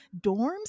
dorms